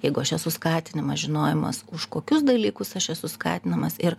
jeigu aš esu skatinimas žinojimas už kokius dalykus aš esu skatinamas ir